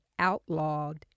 Outlawed